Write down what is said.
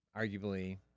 arguably